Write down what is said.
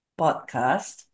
podcast